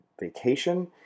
vacation